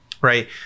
Right